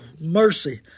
mercy